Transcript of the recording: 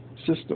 system